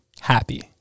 happy